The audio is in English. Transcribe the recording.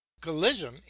collision